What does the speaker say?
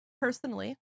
personally